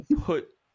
put